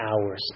hours